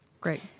Great